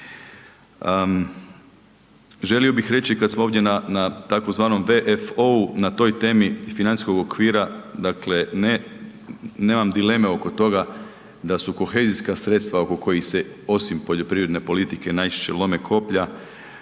Želio bih reći kad smo ovdje na tzv. VFO-u na toj temi financijskog okvira dakle ne, nemam dileme oko toga da su kohezijska sredstva oko kojih se, osim poljoprivredne politike najčešće lome koplja,